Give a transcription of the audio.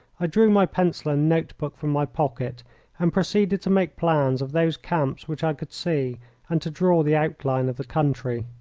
i drew my pencil and note-book from my pocket and proceeded to make plans of those camps which i could see and to draw the outline of the country.